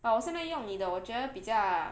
but 我现在用你的我觉得比较